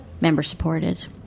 member-supported